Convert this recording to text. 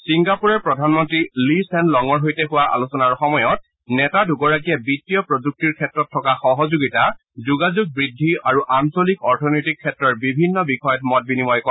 ছিংগাপুৰৰ প্ৰধানমন্ত্ৰী Lee Hsien লঙৰ সৈতে হোৱা আলোচনাৰ সময়ত নেতা দুগৰাকীয়ে বিত্তীয় প্ৰযুক্তিৰ ক্ষেত্ৰত থকা সহযোগিতা যোগাযোগ বৃদ্ধি আৰু আঞলিক অৰ্থনৈতিক ক্ষেত্ৰৰ বিভিন্ন বিষয়ত মত বিনিময় কৰে